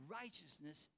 righteousness